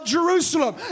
Jerusalem